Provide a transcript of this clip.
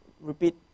repeat